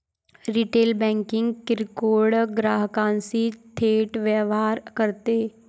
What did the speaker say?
retail banking किरकोळ ग्राहकांशी थेट व्यवहार करते